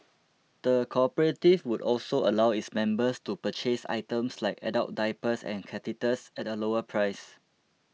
the cooperative would also allow its members to purchase items like adult diapers and catheters at a lower price